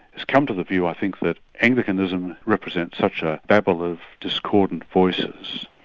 has come to the view i think that anglicanism represents such a babble of discordant voices,